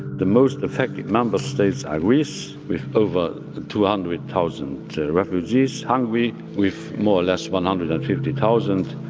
the most affected member states are greece with over two hundred thousand refugees, hungary with more or less one hundred and fifty thousand,